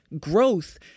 growth